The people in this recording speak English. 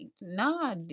nah